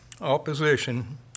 opposition